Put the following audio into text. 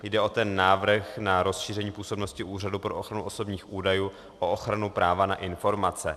Jde o návrh na rozšíření působnosti Úřadu pro ochranu osobních údajů o ochranu práva na informace.